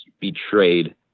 betrayed